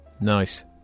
Nice